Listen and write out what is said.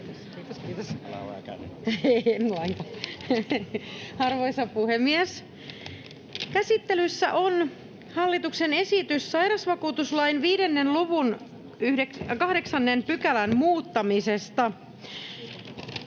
Arvoisa puhemies! Käsittelyssä on hallituksen esitys sairausvakuutuslain 5 luvun 8 §:n muuttamisesta.